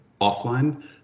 offline